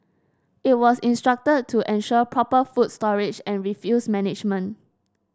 it was instructed to ensure proper food storage and refuse management